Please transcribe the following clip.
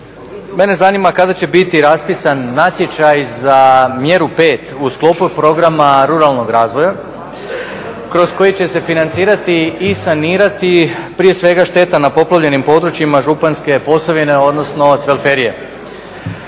mene zanima kada će biti raspisan natječaj za mjeru P u sklopu Programa ruralnog razvoja kroz koji će se financirati i sanirati prije svega šteta na poplavljenim područjima Županjske posavine, odnosno cvelferije.